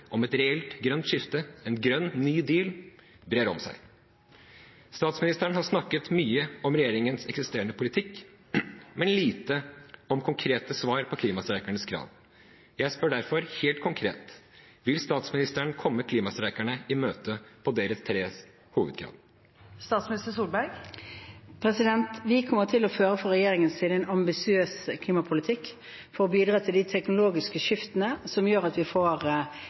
om et reelt grønt skifte, en grønn ny deal, brer seg. Statsministeren har snakket mye om regjeringens eksisterende politikk, men lite om konkrete svar på klimastreikernes krav. Jeg spør derfor helt konkret: Vil statsministeren komme klimastreikerne i møte på deres tre hovedkrav? Fra regjeringens side kommer vi til å føre en ambisiøs klimapolitikk for å bidra til de teknologiske skiftene som gjør at vi får